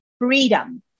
freedom